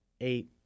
eight